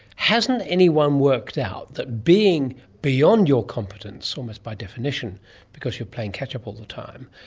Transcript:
hasn't anyone worked out that being beyond your competence, almost by definition because you're playing catch-up all the time,